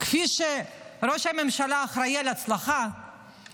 כפי שראש הממשלה אחראי להצלחה